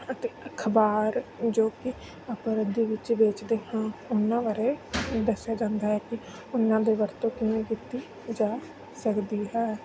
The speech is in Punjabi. ਅਤੇ ਅਖ਼ਬਾਰ ਜੋ ਕਿ ਆਪਾਂ ਰੱਦੀ ਵਿੱਚ ਵੇਚਦੇ ਹਾਂ ਉਹਨਾਂ ਬਾਰੇ ਦੱਸਿਆ ਜਾਂਦਾ ਹੈ ਕਿ ਉਹਨਾਂ ਦੇ ਵਰਤੋਂ ਕਿਵੇਂ ਕੀਤੀ ਜਾ ਸਕਦੀ ਹੈ